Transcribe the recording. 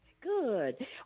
Good